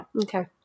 Okay